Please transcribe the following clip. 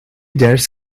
ders